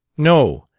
no,